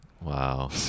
Wow